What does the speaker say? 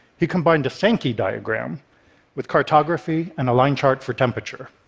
he combined a sankey diagram with cartography and a line chart for temperature.